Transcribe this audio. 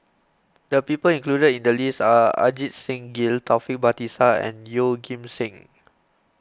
the people included in the list are Ajit Singh Gill Taufik Batisah and Yeoh Ghim Seng